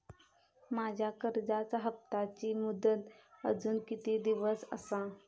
माझ्या कर्जाचा हप्ताची मुदत अजून किती दिवस असा?